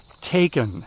Taken